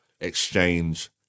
exchange